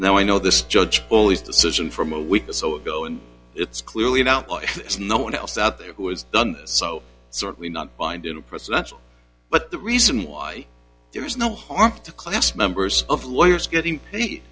now i know this judge bullies decision from a week or so ago and it's clearly not it's no one else out there who has done so certainly not find in a presidential but the reason why there is no harm to class members of lawyers getting